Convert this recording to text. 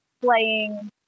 playing